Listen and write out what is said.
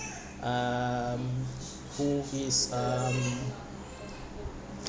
um who is um